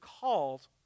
called